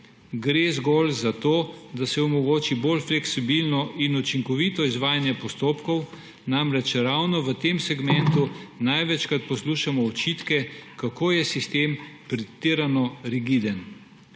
Gre zgolj za to, da se omogoči bolj fleksibilno in učinkovito izvajanje postopkov, namreč ravno v tem segmentu največkrat poslušamo očitke, kako je sistem pretirano rigiden.S